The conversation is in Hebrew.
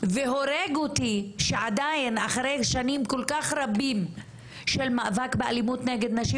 והורג אותי שעדיין אחרי שנים כל כך רבות של מאבק באלימות נגד נשים,